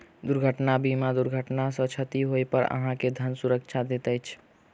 दुर्घटना बीमा दुर्घटना सॅ क्षति होइ पर अहाँ के धन सुरक्षा दैत अछि